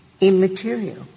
immaterial